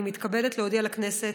אני מתכבדת להודיע לכנסת